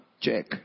check